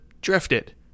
drifted